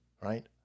right